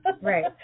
Right